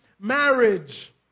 marriage